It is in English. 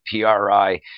PRI